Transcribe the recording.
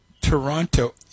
Toronto